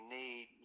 need